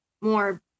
more